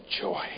joy